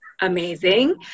amazing